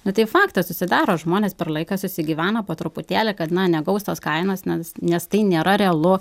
nu tai faktas susidaro žmonės per laiką susigyvena po truputėlį kad na negaus tos kainos nes nes tai nėra realu